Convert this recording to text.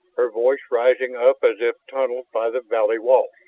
her voice rising up as if tunneled by the valley walls.